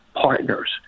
partners